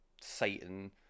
satan